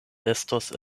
estos